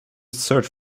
search